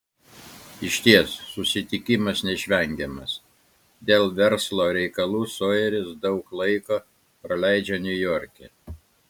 išties susitikimas neišvengiamas dėl verslo reikalų sojeris daug laiko praleidžia niujorke